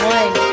one